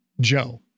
Joe